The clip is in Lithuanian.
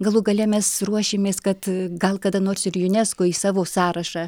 galų gale mes ruošimės kad gal kada nors ir junesko į savo sąrašą